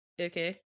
okay